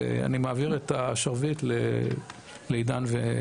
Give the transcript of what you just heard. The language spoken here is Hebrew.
אני מעביר את השרביט לעידן ודימא.